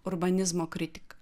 urbanizmo kritiką